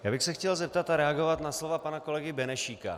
Já bych se chtěl zeptat a reagovat na slova pana kolegy Benešíka.